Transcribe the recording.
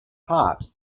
part